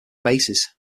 basses